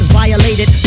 violated